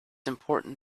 important